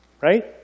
right